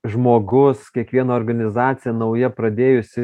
žmogus kiekviena organizacija nauja pradėjusi